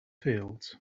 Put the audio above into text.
fields